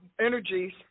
Energies